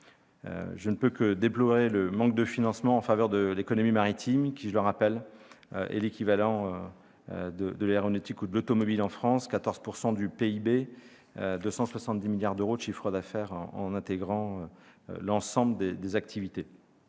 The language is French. Je ne peux que déplorer le manque de financements en faveur de l'économie maritime qui, je le rappelle, est l'équivalent de l'aéronautique ou de l'automobile en France, soit 14 % du PIB, 270 milliards d'euros de chiffre d'affaires, en intégrant l'ensemble des activités.